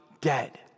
dead